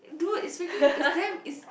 dude it's freaking it's damn